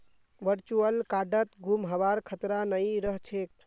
virtual कार्डत गुम हबार खतरा नइ रह छेक